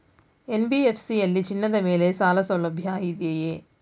NBFC ಯಲ್ಲಿ ಚಿನ್ನದ ಮೇಲೆ ಸಾಲಸೌಲಭ್ಯ ಇದೆಯಾ?